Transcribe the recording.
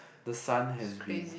the sun has been